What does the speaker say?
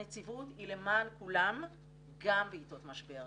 הנציבות היא למען כולם גם בעיתות משבר,